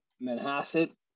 Manhasset